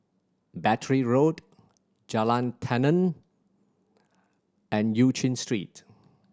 Battery Road Jalan Tenon and Eu Chin Street